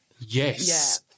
yes